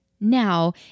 Now